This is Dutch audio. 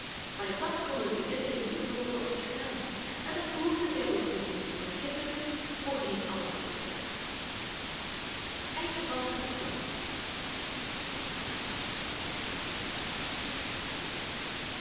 maar dat konden de kinderen niet hooren of verstaan en dat behoefden zij ook niet want kinderen mogen niet alles weten